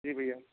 जी भैया